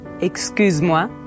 Excusez-moi